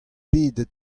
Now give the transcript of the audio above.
pedet